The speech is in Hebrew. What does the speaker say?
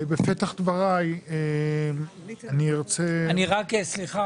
בפתח דבריי אני ארצה --- סליחה,